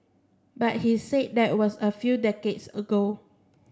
but he said that was a few decades ago